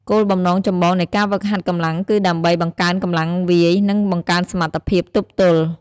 គោលបំណងចម្បងនៃការហ្វឹកហាត់កម្លាំងគឺដើម្បី បង្កើនកម្លាំងវាយ និងបង្កើនសមត្ថភាពទប់ទល់។